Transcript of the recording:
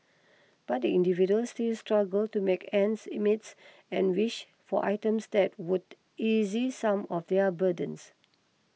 but the individuals still struggle to make ends meets and wish for items that would easy some of their burdens